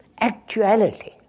actuality